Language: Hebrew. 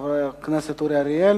חבר הכנסת אורי אריאל.